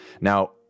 Now